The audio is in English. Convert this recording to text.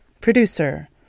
producer